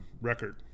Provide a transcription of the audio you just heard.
record